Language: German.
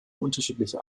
unterschiedliche